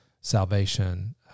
salvation